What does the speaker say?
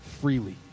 freely